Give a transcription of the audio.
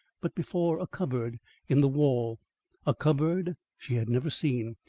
but before a cupboard in the wall a cupboard she had never seen,